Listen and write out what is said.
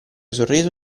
sorriso